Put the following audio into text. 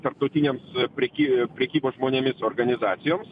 tarptautinėms preky prekybos žmonėmis organizacijoms